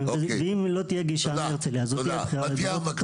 ואם לא תהיה גישה מהרצליה זו תהיה בכייה לדורות,